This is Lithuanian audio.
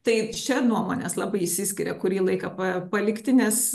tai čia nuomonės labai išsiskiria kurį laiką pa palikti nes